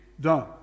done